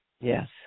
Yes